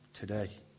today